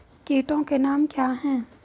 कीटों के नाम क्या हैं?